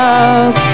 up